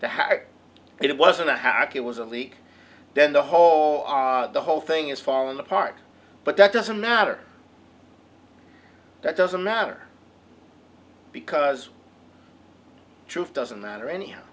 hype it wasn't a hack it was a leak then the whole the whole thing is falling apart but that doesn't matter that doesn't matter because truth doesn't matter anyhow